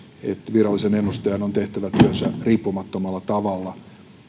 virallisen ennustajan on tehtävä työnsä riippumattomalla tavalla